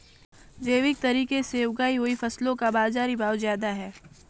जैविक तरीके से उगाई हुई फसलों का बाज़ारी भाव ज़्यादा है